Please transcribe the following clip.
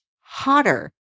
hotter